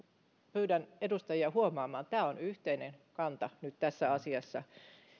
pyydän edustajia huomaamaan yhteinen kanta nyt tässä asiassa